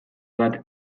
bat